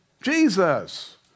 Jesus